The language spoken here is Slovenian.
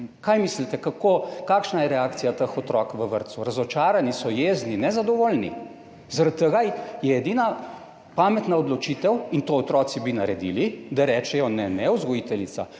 Kaj mislite kakšna je reakcija teh otrok v vrtcu? Razočarani so, jezni, nezadovoljni. Zaradi tega je edina pametna odločitev in to otroci bi naredili, da rečejo: "Ne, ne, vzgojiteljica,